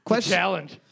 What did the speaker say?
challenge